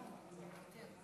מוותר.